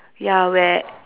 ya where